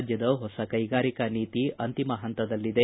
ರಾಜ್ಯದ ಹೊಸ ಕೈಗಾರಿಕಾ ನೀತಿ ಅಂತಿಮ ಪಂತದಲ್ಲಿದೆ